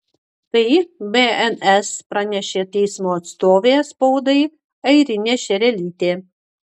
tai bns pranešė teismo atstovė spaudai airinė šerelytė